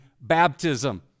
baptism